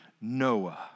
Noah